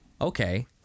Okay